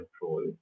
control